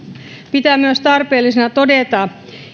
pitää myös tarpeellisena todeta